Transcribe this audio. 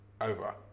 over